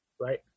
right